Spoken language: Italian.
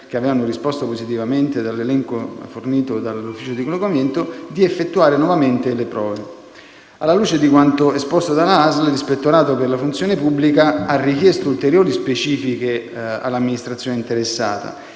che avevano risposto positivamente - di effettuare nuovamente le prove. Alla luce di quanto esposto dalla ASL, l'Ispettorato per la funzione pubblica ha richiesto ulteriori specifiche all'amministrazione interessata,